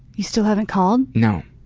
you still haven't called? no.